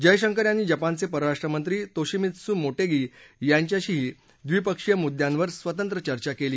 जयशंकर यांनी जपानचे परराष्ट्र मंत्री तोषिमित्सु मोटेगी यांच्याशीही द्विपक्षीय मुद्द्यांवर स्वतंत्र चर्चा केली